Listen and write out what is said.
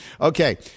okay